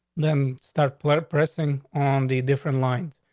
then start pressing on the different lines.